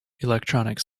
electronic